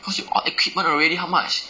cause you all equipment already how much